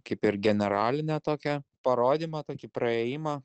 kaip ir generalinę tokią parodymą tokį praėjimą